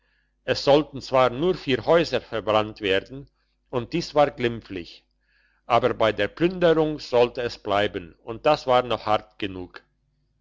es sollten zwar nur vier häuser verbrannt werden und dies war glimpflich aber bei der plünderung sollte es bleiben und das war noch hart genug